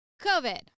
COVID